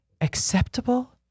acceptable